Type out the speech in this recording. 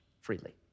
freely